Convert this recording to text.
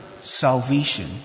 salvation